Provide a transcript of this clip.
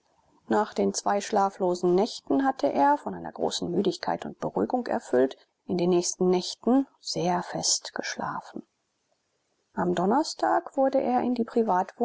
nach den zwei schlaflosen nächten hatte er von einer großen müdigkeit und beruhigung erfüllt in den nächsten nächten sehr fest geschlafen am donnerstag wurde er in die